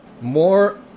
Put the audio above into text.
more